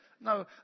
No